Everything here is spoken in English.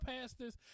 pastors